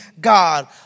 God